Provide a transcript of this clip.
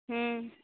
हूँ